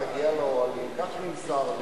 כך נמסר לי.